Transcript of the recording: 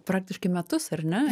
praktiškai metus ar ne